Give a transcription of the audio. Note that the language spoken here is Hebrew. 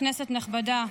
כנסת נכבדה,